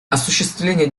осуществление